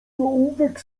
ołówek